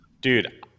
Dude